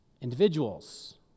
individuals